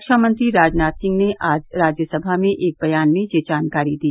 रक्षा मंत्री राजनाथ सिंह ने आज राज्यसमा में एक बयान में यह जानकारी दी